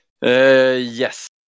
yes